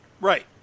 Right